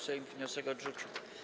Sejm wniosek odrzucił.